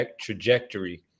trajectory